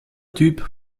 typ